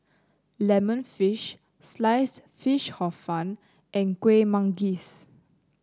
lemon fish slice fish Hor Fun and Kuih Manggis